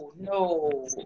no